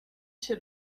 się